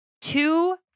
two